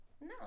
No